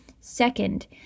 Second